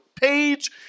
page